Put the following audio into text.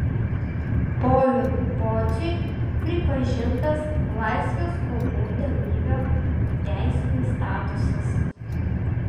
povilui pociui pripažintas laisvės kovų dalyvio teisinis statusas